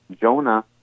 Jonah